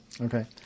Okay